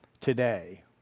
today